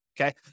okay